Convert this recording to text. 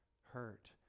hurt